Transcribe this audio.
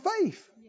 faith